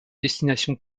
destination